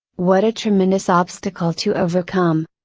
what a tremendous obstacle to overcome!